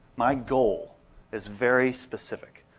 my goal is very specific.